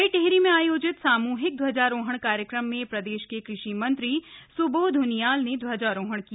नई टिहरी में आयोजित सामूहिक ध्वजारोहण कार्यक्रम में प्रदेश के कृषि मंत्री सुबोध उनियाल ने ध्वजारोहण किया